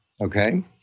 Okay